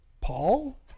Paul